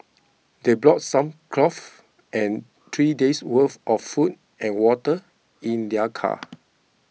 they brought some clothes and three days' worth of food and water in their car